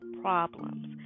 problems